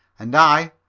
and i,